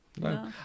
No